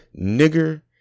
nigger